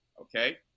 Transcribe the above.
okay